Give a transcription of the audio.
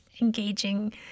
engaging